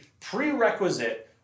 prerequisite